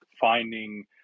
finding